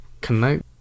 connect